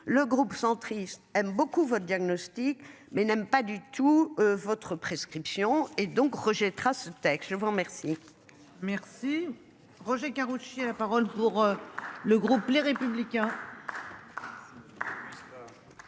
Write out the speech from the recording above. le groupe centriste aime beaucoup votre diagnostic mais n'aime pas du tout votre prescription et donc rejettera ce texte, je vous remercie.